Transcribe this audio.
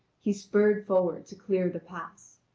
he spurred forward to clear the pass.